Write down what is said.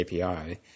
API